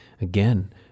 again